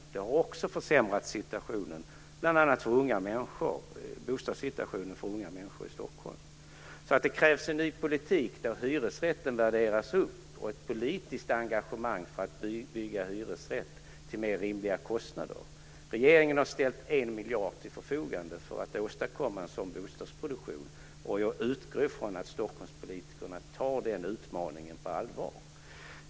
Också detta har försämrat bostadssituationen bl.a. för unga människor i Stockholm. Det krävs därför en ny politik, där hyresrätten värderas upp, och ett politiskt engagemang för att bygga hyresrätter till mer rimliga kostnader. Regeringen har ställt 1 miljard till förfogande för att åstadkomma en sådan bostadsproduktion, och jag utgår från att Stockholmspolitikerna tar den utmaningen på allvar.